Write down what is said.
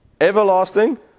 everlasting